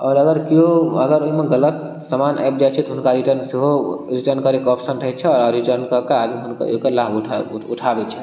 आओर अगर केओ अगर ओहिमे गलत समान आबि जाइ छै तऽ हुनका रिटर्न सेहो रिटर्न करैके ऑप्शन रहै छै रिटर्न कऽ कऽ एकर लाभ उठा उठाबै छथि